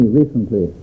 recently